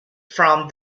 from